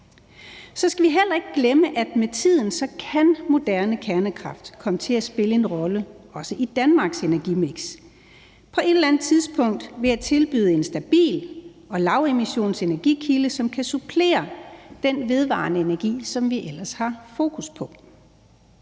Så skal vi heller ikke glemme, at moderne kernekraft på et eller andet tidspunkt kan komme til at spille en rolle også i Danmarks energimiks ved at tilbyde en stabil og lavemissionsenergikilde, som kan supplere den vedvarende energi, som vi ellers har fokus på.